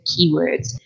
keywords